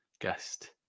guest